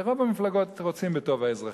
ורוב המפלגות רוצות בטוב האזרחים,